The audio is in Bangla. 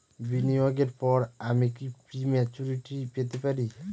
বিনিয়োগের পর আমি কি প্রিম্যচুরিটি পেতে পারি?